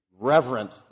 reverent